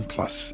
Plus